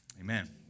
amen